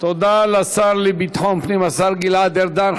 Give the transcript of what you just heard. תודה לשר לביטחון פנים, השר גלעד ארדן.